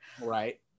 Right